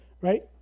right